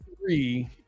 three